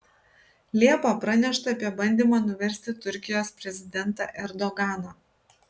liepą pranešta apie bandymą nuversti turkijos prezidentą erdoganą